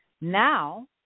Now